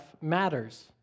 matters